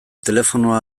telefonoa